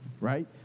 right